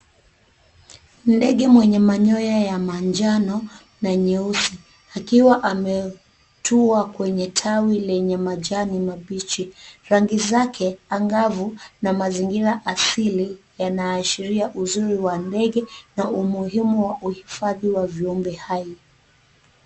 Ndege mwenye manyoya ya manjano na nyeusi akiwa ametua kwenye tawi lenye majani mabichi. Rangi zake angavu na mazingira asili yanaashiria uzuri wa ndege na umuhimu wa uhifadhi wa viumbe hai.